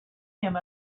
him